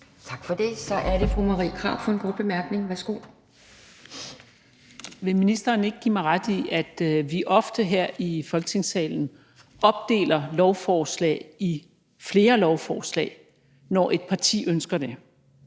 Tak for det. Så er det fru Marie Krarup for en kort bemærkning. Værsgo. Kl. 18:01 Marie Krarup (DF): Vil ministeren ikke give mig ret i, at vi ofte her i Folketingssalen opdeler lovforslag i flere lovforslag, når et parti ønsker det?